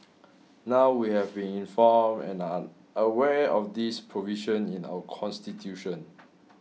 now we have been informed and are aware of this provision in our constitution